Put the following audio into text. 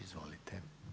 Izvolite.